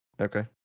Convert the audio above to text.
Okay